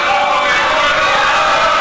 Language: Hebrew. לא,